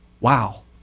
Wow